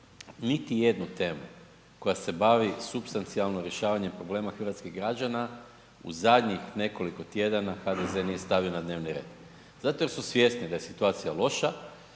niti jednu temu koja se bavi supstancijalno rješavanjem problema hrvatskih građana u zadnjih nekoliko tjedana HDZ nije stavio na dnevni red. Zato jer su svjesni da je situacija loša